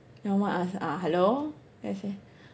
my mum ask uh hello then I say